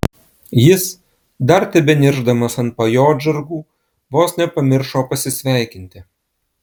jis dar tebeniršdamas ant pajodžargų vos nepamiršo pasisveikinti